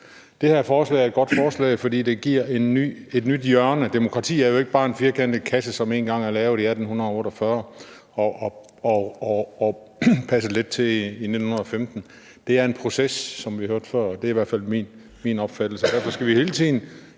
Det her forslag er et godt forslag, fordi det giver et nyt hjørne. Demokrati er jo ikke bare en firkantet kasse, som en gang er lavet i 1848 og passet lidt til i 1915. Det er en proces, som vi hørte før – det er i hvert fald min opfattelse – og derfor skal vi hele tiden